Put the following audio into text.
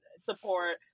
support